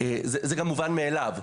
זה גם מובן מאליו,